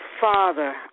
father